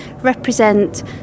represent